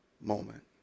moment